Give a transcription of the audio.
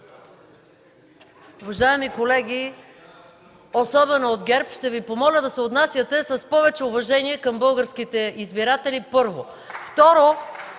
Уважаеми колеги, особено от ГЕРБ, първо, ще Ви помоля да се отнасяте с повече уважение към българските избиратели. (Ръкопляскания